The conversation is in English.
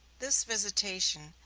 this vegetation,